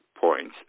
points